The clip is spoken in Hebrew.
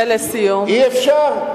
אי-אפשר.